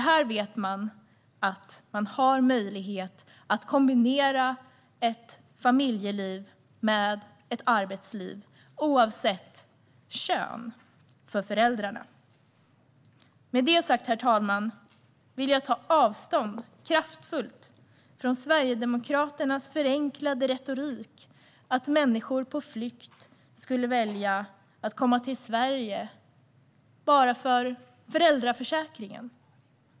Här vet man nämligen att man har möjlighet att kombinera ett familjeliv med ett arbetsliv oavsett föräldrarnas kön. Herr talman! Med detta sagt vill jag kraftfullt ta avstånd från Sverigedemokraternas förenklade retorik om att människor på flykt skulle välja att komma till Sverige bara på grund av föräldraförsäkringen.